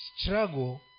Struggle